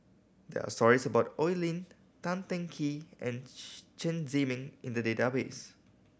there are stories about Oi Lin Tan Teng Kee and Chen Zhiming in the database